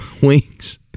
wings